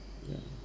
ya